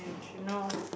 you know